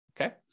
Okay